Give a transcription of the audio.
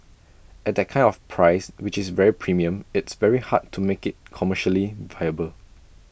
at that kind of price which is very premium it's very hard to make IT commercially viable